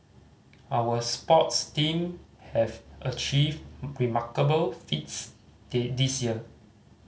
our sports team have achieved remarkable feats the this year